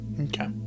Okay